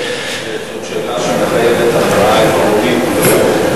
זאת שאלה שמחייבת הכרעה עקרונית,